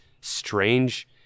strange